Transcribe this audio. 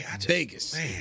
Vegas